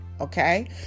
Okay